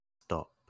stop